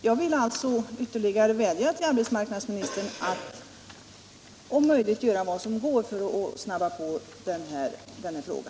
Jag vill alltså ytterligare vädja till arbetsmarknadsministern att om möjligt göra vad som går att göra för att snabba på denna fråga.